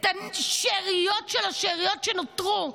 את השאריות של השאריות שנותרו.